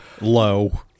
Low